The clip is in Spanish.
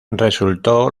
resultó